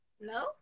No